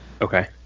Okay